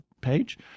page